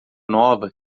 nova